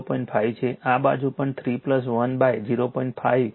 5 છે આ બાજુ પણ 3 1 0